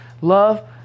love